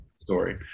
story